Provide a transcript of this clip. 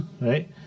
right